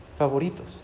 favoritos